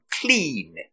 clean